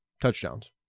Touchdowns